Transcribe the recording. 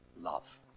love